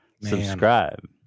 subscribe